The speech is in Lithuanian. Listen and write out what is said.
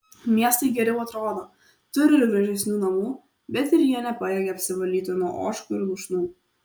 miestai geriau atrodo turi ir gražesnių namų bet ir jie nepajėgia apsivalyti nuo ožkų ir lūšnų